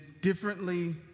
differently